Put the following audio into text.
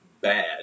bad